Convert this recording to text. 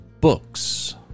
Books